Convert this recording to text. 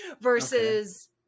versus